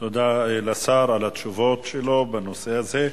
תודה לשר על התשובות שלו בנושא הזה.